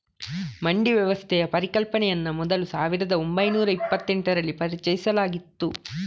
ಮಂಡಿ ವ್ಯವಸ್ಥೆಯ ಪರಿಕಲ್ಪನೆಯನ್ನ ಮೊದಲು ಸಾವಿರದ ಒಂಬೈನೂರ ಇಪ್ಪತೆಂಟರಲ್ಲಿ ಪರಿಚಯಿಸಲಾಯ್ತು